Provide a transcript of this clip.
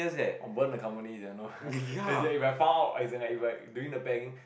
or burn the company they will know as in if I found out I as in like doing the bank